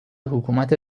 حکومت